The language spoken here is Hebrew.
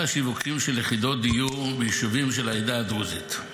השיווקים של יחידות דיור ביישובים של העדה הדרוזית.